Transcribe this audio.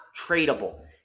tradable